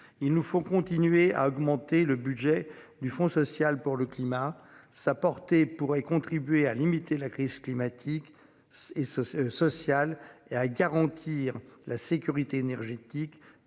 Il nous faut continuer à augmenter le budget du fonds social pour le climat. Sa portée pourrait contribuer à limiter la crise climatique. Et ce social et à garantir la sécurité énergétique